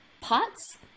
pots